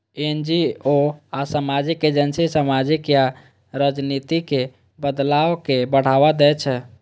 NGO आ सामाजिक agency सामाजिक या राजनीतिक बदलाव कें बढ़ावा दै छै